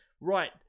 right